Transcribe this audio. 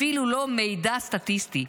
אפילו לא מידע סטטיסטי.